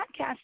podcast